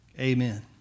Amen